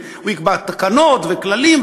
והוא יקבע תקנות וכללים.